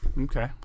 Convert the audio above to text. okay